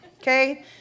okay